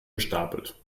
gestapelt